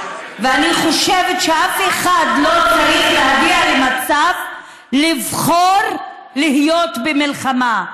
ואני חושבת שאף אחד לא צריך להגיע למצב לבחור להיות במלחמה,